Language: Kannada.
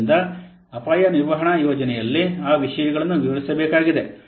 ಆದ್ದರಿಂದ ಅಪಾಯ ನಿರ್ವಹಣಾ ಯೋಜನೆಯಲ್ಲಿ ಆ ವಿಷಯಗಳನ್ನು ವಿವರಿಸಬೇಕಾಗಿದೆ